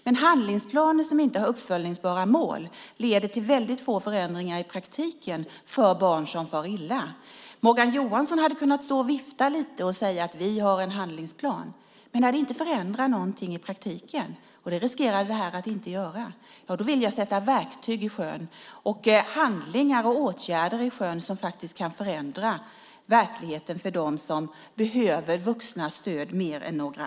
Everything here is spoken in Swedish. Men handlingsplaner som inte har uppföljningsbara mål leder till få förändringar i praktiken för barn som far illa. Morgan Johansson har viftat med en handlingsplan, men när den inte förändrar något i praktiken - det riskerar detta att inte göra - vill jag ta fram verktyg, handlingar och åtgärder som kan förändra verkligheten för dem som behöver vuxnas stöd mer än andra.